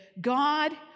God